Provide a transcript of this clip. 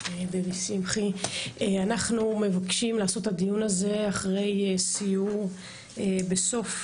אנחנו מבקשים לעשות את הדיון הזה אחרי סיור בסוף